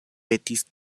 petis